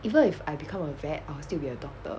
even if I become a vet I will still be a doctor